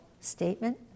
statement